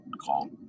call